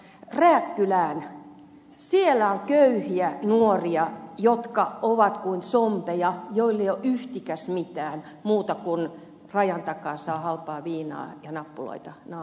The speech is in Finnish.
siellä on köyhiä nuoria jotka ovat kuin zombeja joilla ei ole yhtikäs mitään muuta kuin että rajan takaa saa halpaa viinaa ja nappuloita naamaansa